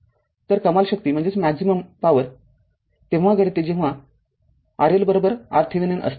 तरकमाल शक्ती तेव्हा घडते जेव्हा RL RThevenin असते